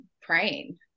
praying